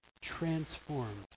transformed